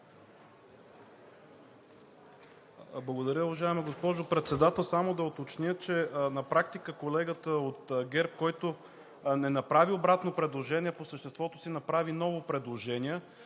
Благодаря, уважаема госпожо Председател. Само да уточня, че на практика колегата от ГЕРБ, който не направи обратно предложение, по съществото си направи ново предложение.